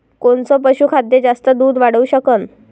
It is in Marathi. कोनचं पशुखाद्य जास्त दुध वाढवू शकन?